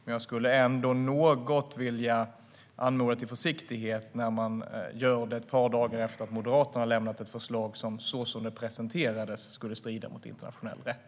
Men jag skulle ändå något vilja mana till försiktighet när detta görs ett par dagar efter att Moderaterna har lämnat ett förslag som, så som det presenterades, skulle strida mot internationell rätt.